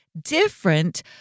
different